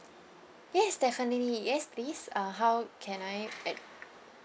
yes definitely uh yes please uh how can I ad~